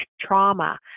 trauma